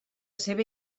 seva